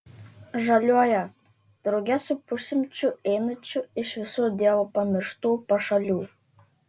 žaliuoja drauge su pusšimčiu einančiųjų iš visų dievo pamirštų pašalių